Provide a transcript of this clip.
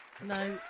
No